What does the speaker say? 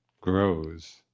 grows